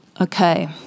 Okay